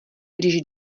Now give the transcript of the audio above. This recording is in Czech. když